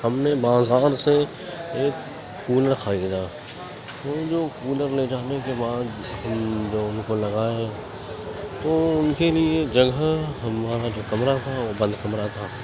ہم نے بازار سے ایک کولر خریدا پھر جو کولر لے جانے کے بعد ہم جو ان کو لگائے تو ان کے لیے جگہ ہمارا جو کمرہ تھا وہ بند کمرہ تھا